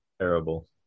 Terrible